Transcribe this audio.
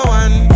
one